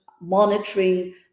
monitoring